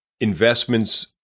Investments